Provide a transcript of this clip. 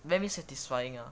very satisfying ah